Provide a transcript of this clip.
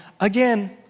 again